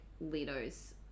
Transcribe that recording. Leto's